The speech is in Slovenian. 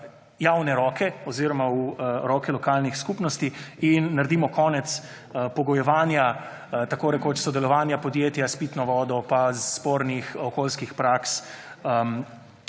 javne roke oziroma v roke lokalnih skupnosti in naredimo konec pogojevanja, tako rekoč, sodelovanja podjetja s pitno vodo, pa spornih okoljskih praks